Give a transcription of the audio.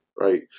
Right